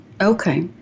Okay